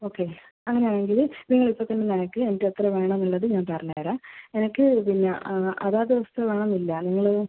okay അങ്ങനെ ആണെങ്കിൽ നിങ്ങളിപ്പോൾ തന്നെ ഒന്ന് അയക്കുക എന്നിട്ട് എത്ര വേണമെന്ന് ഉള്ളത് ഞാൻ പറഞ്ഞ് തരാം എനിക്ക് പിന്നെ അതാത് ദിവസത്തെ വേണമെന്ന് ഇല്ല നിങ്ങൾ